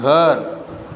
घर